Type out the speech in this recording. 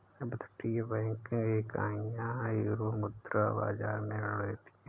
अपतटीय बैंकिंग इकाइयां यूरोमुद्रा बाजार में ऋण देती हैं